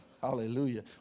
Hallelujah